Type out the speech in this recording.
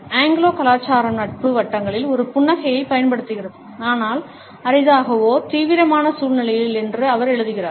Anglo கலாச்சாரம் நட்பு வட்டங்களில் ஒரு புன்னகையைப் பயன்படுத்துகிறது ஆனால் அரிதாகவே தீவிரமான சூழ்நிலைகளில் என்று அவர் எழுதுகிறார்